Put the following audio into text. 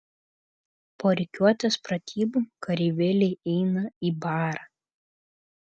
po rikiuotės pratybų kareivėliai eina į barą